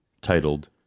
titled